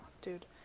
dude